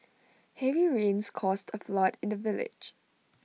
heavy rains caused A flood in the village